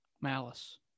malice